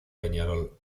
peñarol